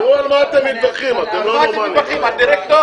על מה אתם מתווכחים, על דירקטור?